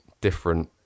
different